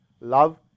love